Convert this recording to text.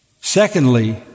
Secondly